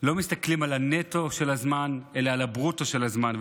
לא מסתכלים על הנטו של הזמן אלא על הברוטו של הזמן,